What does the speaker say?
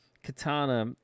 Katana